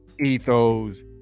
ethos